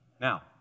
Now